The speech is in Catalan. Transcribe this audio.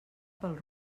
pel